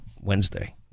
Wednesday